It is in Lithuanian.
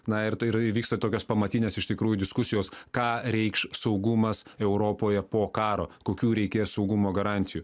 na ir tai yra įvyksta tokios pamatinės iš tikrųjų diskusijos ką reikš saugumas europoje po karo kokių reikės saugumo garantijų